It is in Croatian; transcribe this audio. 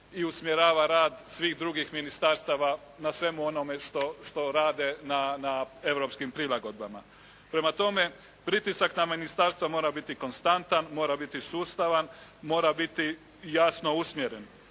i usmjerava rad svih drugih ministarstava na svemu onome što rade na europskim prilagodbama. Prema tome, pritisak na ministarstva mora biti konstantan, mora biti sustavan, mora biti jasno usmjeren.